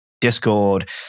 discord